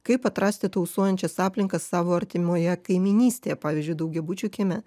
kaip atrasti tausojančias aplinką savo artimoje kaimynystėje pavyzdžiui daugiabučių kieme